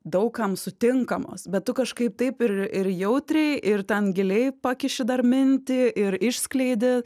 daug kam sutinkamos bet tu kažkaip taip ir ir jautriai ir ten giliai pakiši dar mintį ir išskleidi